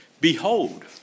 Behold